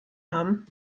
haben